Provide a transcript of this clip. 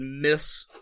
miss